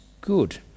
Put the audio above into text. good